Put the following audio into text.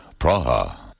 Praha